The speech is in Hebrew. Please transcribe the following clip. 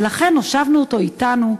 ולכן הושבנו אותו אתנו.